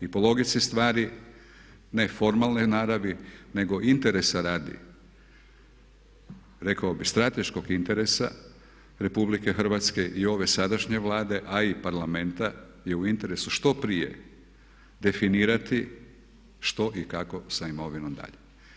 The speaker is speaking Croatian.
I po logici stvari, ne formalne naravi nego interesa radi rekao bih strateškog interesa RH i ove sadašnje Vlade a i Parlamenta je u interesu što prije definirati što i kako sa imovinom dalje.